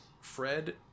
Fred